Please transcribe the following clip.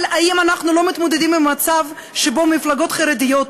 אבל האם אנחנו לא מתמודדים עם מצב שבו מפלגות חרדיות,